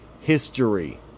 history